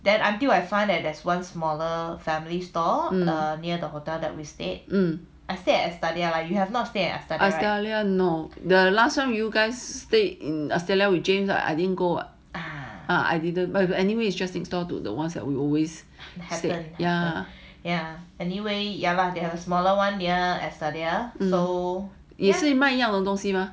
no the last time you guys stay in Estadia with james or I didn't go uh I will do you anyway it's just next door to the ones that we always have it 也是卖一样的东西 mah